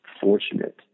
fortunate